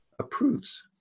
Approves